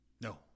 No